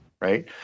Right